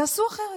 תעשו אחרת.